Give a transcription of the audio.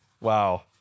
Wow